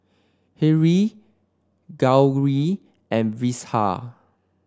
Hri Gauri and Vishal